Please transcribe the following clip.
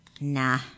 Nah